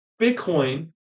Bitcoin